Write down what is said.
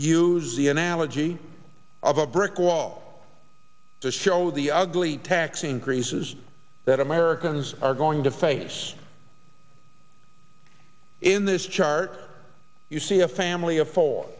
use the analogy of a brick wall to show the ugly tax increases that americans are going to face in this chart you see a family of four